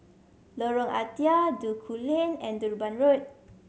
Lorong Ah Thia Duku Lane and Durban Road